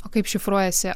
o kaip šifruojasi